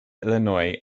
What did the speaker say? illinois